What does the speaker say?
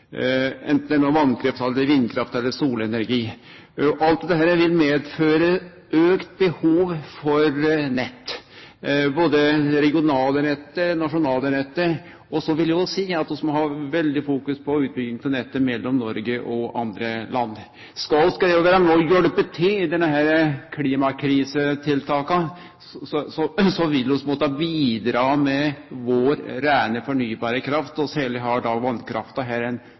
no er vasskraft eller vindkraft eller solenergi. Alt dette vil medføre auka behov for nett, både det regionale nettet og det nasjonale nettet. Eg vil òg seie at vi må ha eit veldig fokus på utbygging av nettet mellom Noreg og andre land. Skal vi greie å vere med og hjelpe til med desse klimakrisetiltaka, vil vi måtte bidra med vår reine, fornybare kraft. Vi har vasskrafta, og dette er ein stor verdi i og med at ho kan regulerast, og at ein